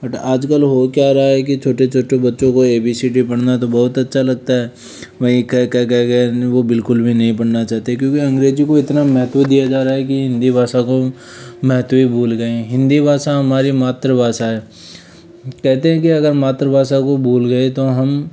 but आज कल हो क्या रहा है की छोटे छोटे बच्चों को ए बी सी डी पढ़ना तो बहुत अच्छा लगता है वहीं क ख ग घ वो बिलकुल भी नहीं पढ़ना चाहते क्योंकि अंग्रेज़ी को इतना महत्व दिया जा रहा है कि हिंदी भाषा को महत्व ही भूल गए हैं हिंदी भाषा हमारी मातृभाषा है कहते हैं कि अगर मातृभाषा को भूल गए तो हम